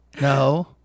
No